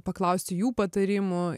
paklausti jų patarimų